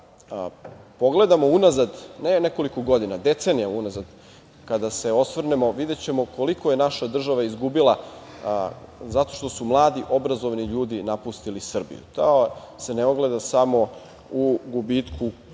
pogledamo unazad ne nekoliko godina, decenijama unazad kada se osvrnemo, videćemo koliko je naša država izgubila zato što su mladi obrazovni ljudi napustili Srbiji. To se ne ogleda samo u gubitku,